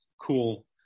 cool